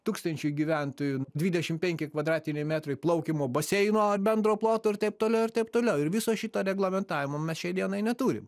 tūkstančiui gyventojų dvidešim penki kvadratiniai metrai plaukymo baseino ar bendro ploto ir taip toliau ir taip toliau ir viso šito reglamentavimo mes šiai dienai neturim